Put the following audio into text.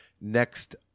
Next